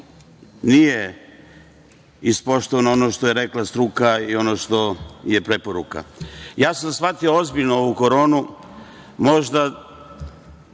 nije ispoštovano, ono što je rekla struka i ono što je preporuka. Ja sam shvatio ozbiljno ovu koronu možda